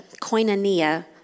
koinonia